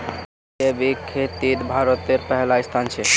जैविक खेतित भारतेर पहला स्थान छे